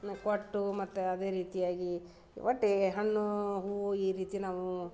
ಕೊಟ್ಟು ಮತ್ತು ಅದೇ ರೀತಿಯಾಗಿ ಒಟ್ಟಿಗೆ ಹಣ್ಣು ಹೂ ಈ ರೀತಿ ನಾವು